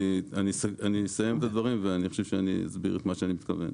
אני אסיים את הדברים ואני אסביר למה אני מתכוון.